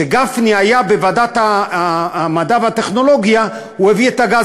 כשגפני היה בוועדת המדע והטכנולוגיה הוא הביא את הגז,